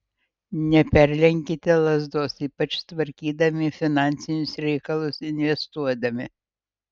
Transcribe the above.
neperlenkite lazdos ypač tvarkydami finansinius reikalus investuodami